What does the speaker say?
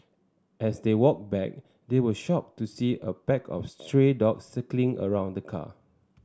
as they walked back they were shocked to see a pack of stray dogs around the car